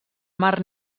mar